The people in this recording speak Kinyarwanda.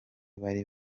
bari